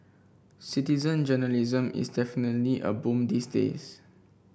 citizen journalism is definitely a boom these days